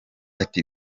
ati